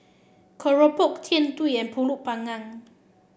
keropok Jian Dui and pulut panggang